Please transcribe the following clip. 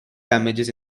damages